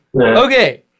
okay